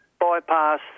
bypass